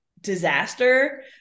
disaster